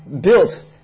built